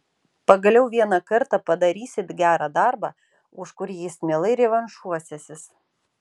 pagaliau vieną kartą padarysit gerą darbą už kurį jis mielai revanšuosiąsis